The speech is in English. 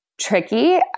tricky